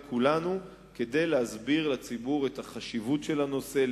כולנו כדי להסביר לציבור את חשיבות הנושא,